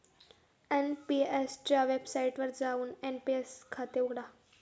NPS च्या वेबसाइटवर जाऊन एन.पी.एस खाते उघडा